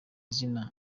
izina